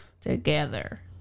together